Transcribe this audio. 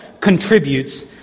contributes